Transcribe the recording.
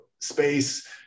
space